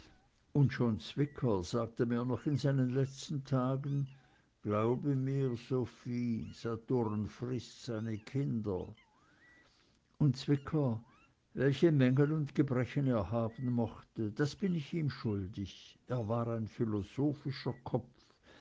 und schon zwicker sagte mir noch in seinen letzten tagen glaube mir sophie saturn frißt seine kinder und zwicker welche mängel und gebrechen er haben mochte das bin ich ihm schuldig er war ein philosophischer kopf